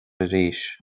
arís